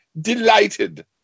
delighted